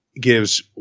gives